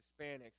Hispanics